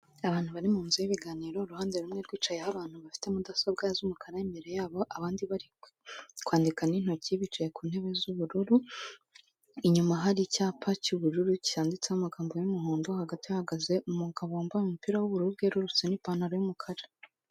Abantu bari mu nzu y'ibiganiro, uruhande rumwe rwicayeho abantu bafite mudasobwa z'umukara, imbere yabo abandi bari kwandika n'intoki bicaye ku ntebe z'ubururu, inyuma hari icyapa cy'ubururu cyanditseho amagambo y'umuhondo, hagati hahagaze umugabo wambaye umupira w'ubururu bwerurutse n'ipantaro y'umukara.